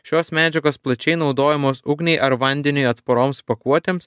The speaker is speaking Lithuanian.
šios medžiagos plačiai naudojamos ugniai ar vandeniui atsparoms pakuotėms